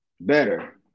better